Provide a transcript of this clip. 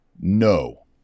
No